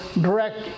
direct